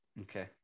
Okay